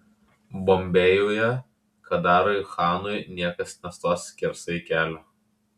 bombėjuje kadarui chanui niekas nestos skersai kelio